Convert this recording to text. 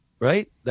Right